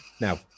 now